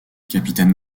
capitaine